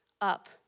up